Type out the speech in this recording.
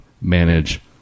manage